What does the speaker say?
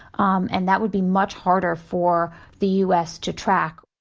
um and that would be much harder for the u s. to track.